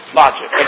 logic